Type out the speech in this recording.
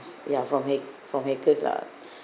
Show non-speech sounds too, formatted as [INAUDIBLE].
ya from hack from hackers lah [BREATH]